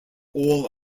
all